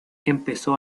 empezó